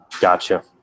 Gotcha